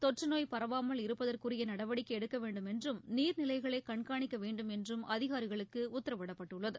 தொற்றநோய் பரவாமல் இருப்பதற்கு உரிய நடவடிக்கை எடுக்க வேண்டும் என்றும் நீர்நிலைகளை கண்காணிக்க வேண்டும் என்றும் அதிகாரிகளுக்கு உத்தரவிடப்பட்டுள்ளது